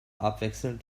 abwechselnd